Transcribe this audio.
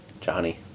Johnny